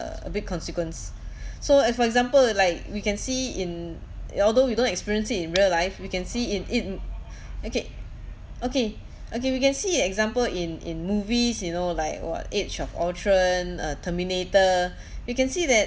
a big consequence so as for example like we can see in although we don't experience it in real life we can see in it okay okay okay we can see an example in in movies you know like what age of ultron uh terminator you can see that